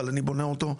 אבל אני בונה אותו,